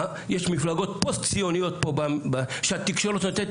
יש מפלגות פוסט-ציוניות פה שהתקשורת נותנת